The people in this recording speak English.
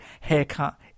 haircut